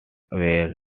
were